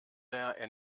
der